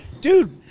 dude